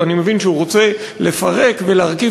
או אני מבין שהוא רוצה לפרק ולהרכיב